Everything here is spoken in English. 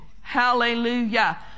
Hallelujah